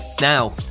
Now